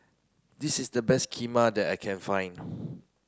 this is the best Kheema that I can find